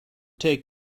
take